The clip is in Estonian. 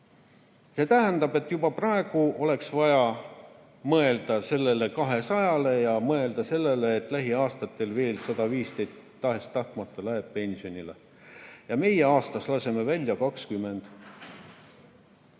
See tähendab, et juba praegu oleks vaja mõelda sellele 200-le ja mõelda sellele, et lähiaastatel veel 115 tahes-tahtmata läheb pensionile. Aga meie laseme aastas välja 20